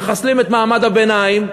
מחסלים את מעמד הביניים.